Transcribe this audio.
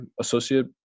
associate